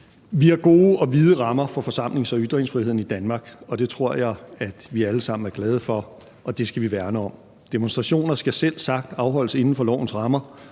Vi har gode og vide rammer for forsamlings- og ytringsfriheden i Danmark, og det tror jeg vi alle sammen er glade for, og det skal vi værne om. Demonstrationer skal selvsagt afholdes inden for lovens rammer